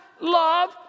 love